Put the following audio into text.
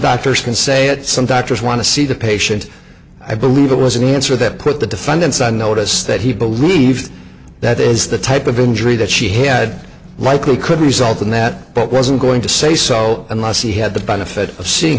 doctors can say that some doctors want to see the patient i believe it was an answer that put the defendants on notice that he believed that is the type of injury that she had likely could result in that but wasn't going to say so unless he had the benefit of seeing